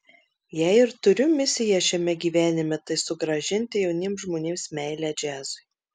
jei ir turiu misiją šiame gyvenime tai sugrąžinti jauniems žmonėms meilę džiazui